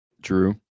Drew